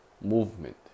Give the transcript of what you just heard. movement